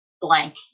blank